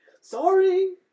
Sorry